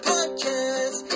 Podcast